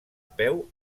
peu